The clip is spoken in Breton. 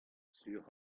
sur